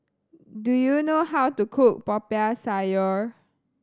do you know how to cook Popiah Sayur